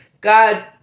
God